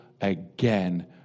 again